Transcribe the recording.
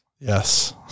Yes